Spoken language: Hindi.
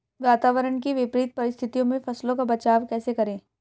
वातावरण की विपरीत परिस्थितियों में फसलों का बचाव कैसे करें?